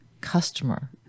customer